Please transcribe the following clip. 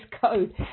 code